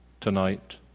tonight